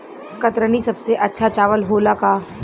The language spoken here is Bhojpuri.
कतरनी सबसे अच्छा चावल होला का?